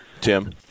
Tim